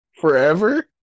forever